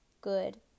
good